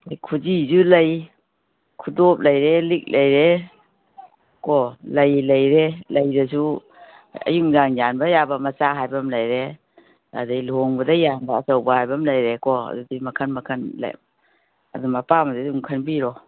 ꯈꯨꯖꯤꯁꯨ ꯂꯩ ꯈꯨꯗꯣꯞ ꯂꯩꯔꯦ ꯂꯤꯛ ꯂꯩꯔꯦ ꯀꯣ ꯂꯩ ꯂꯩꯔꯦ ꯂꯩꯗꯁꯨ ꯑꯌꯨꯛ ꯅꯨꯡꯗꯥꯡ ꯌꯥꯟꯕ ꯌꯥꯕ ꯃꯆꯥ ꯍꯥꯏꯕ ꯑꯃ ꯂꯩꯔꯦ ꯑꯗꯒꯤ ꯂꯨꯍꯣꯡꯕꯗ ꯌꯥꯟꯕ ꯑꯆꯧꯕ ꯍꯥꯏꯕ ꯑꯃ ꯂꯩꯔꯦꯀꯣ ꯑꯗꯨꯗꯤ ꯃꯈꯟ ꯃꯈꯟ ꯑꯗꯨꯝ ꯑꯄꯥꯝꯕꯗꯨꯗꯤ ꯑꯗꯨꯝ ꯈꯟꯕꯤꯔꯣ